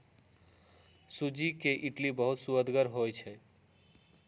सूज्ज़ी के इडली बहुत सुअदगर होइ छइ